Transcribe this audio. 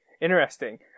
interesting